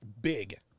big